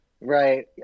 Right